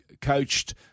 coached